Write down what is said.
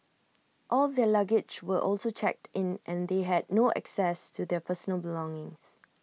all their luggage were also checked in and they had no access to their personal belongings